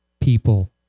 people